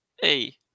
hey